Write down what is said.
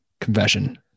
confession